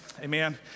amen